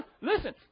listen